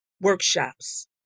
workshops